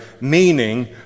meaning